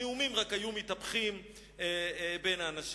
הנאומים רק היו מתהפכים בין האנשים.